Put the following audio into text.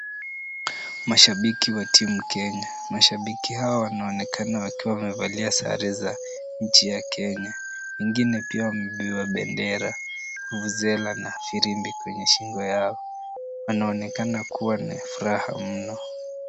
Mashabiki wa timu Kenya. Mashabiki hawa wanaonekana wakiwa wamevalia sare za nchi ya Kenya. Wengine pia wamebeba bendera, vuvuzela na firimbi kwenye shingo yao. Anaonekana kuwa ni furaha mno.